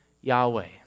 Yahweh